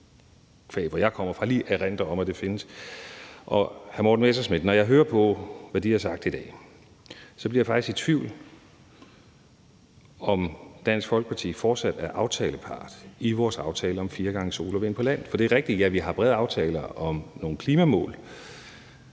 hvor jeg kommer fra – lige erindre om, at det findes. Og hr. Morten Messerschmidt, når jeg har hørt på, hvad De har sagt i dag, så bliver jeg faktisk i tvivl om, om Dansk Folkeparti fortsat er aftalepart i vores aftale om en firedobling af energi fra sol og vind på land . For ja, det er rigtigt, at vi har en bred aftale om nogle klimamål.